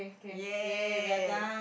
!yay!